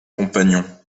compagnon